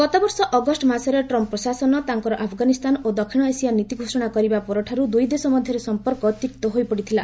ଗତବର୍ଷ ଅଗଷ୍ଟ ମାସରେ ଟ୍ରମ୍ପ୍ ପ୍ରଶାସନ ତାଙ୍କର ଆଫଗାନିସ୍ତାନ ଓ ଦକ୍ଷିଣ ଏସିଆ ନୀତି ଘୋଷଣା କରିବା ପରଠାରୁ ଦୁଇ ଦେଶ ମଧ୍ୟରେ ସମ୍ପର୍କ ତିକ୍ତ ହୋଇପଡ଼ିଥିଲା